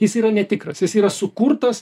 jis yra netikras jis yra sukurtas